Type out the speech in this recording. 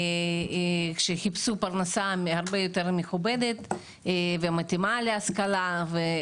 כמה חיפשו הכנסה הרבה יותר מכובדת ומתאימה להשכלה שלהם,